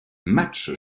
match